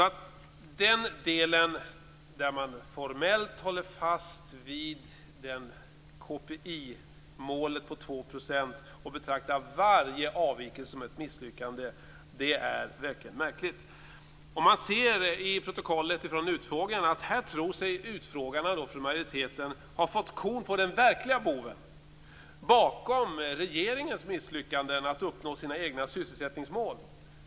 Att man formellt håller fast vid KPI-målet på 2 % och betraktar varje avvikelse som ett misslyckande är verkligen märkligt. Man ser i protokollet från utfrågningen att utfrågarna från majoriteten tror sig ha fått korn på den verkliga boven bakom regeringens misslyckanden att uppnå sina egna sysselsättningsmål.